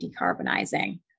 decarbonizing